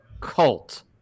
cult